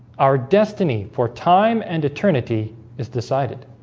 our destiny for time and eternity is decided